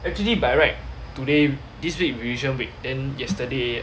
actually by right today this week revision week then yesterday